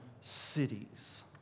cities